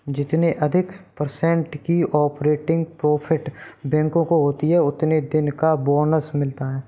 जितने अधिक पर्सेन्ट की ऑपरेटिंग प्रॉफिट बैंकों को होती हैं उतने दिन का बोनस मिलता हैं